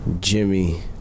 Jimmy